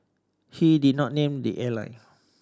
he did not name the airline